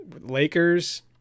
Lakers